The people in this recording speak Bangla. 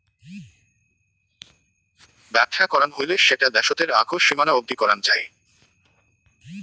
বেপছা করাং হৈলে সেটা দ্যাশোতের আক সীমানা অবদি করাং যাই